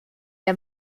der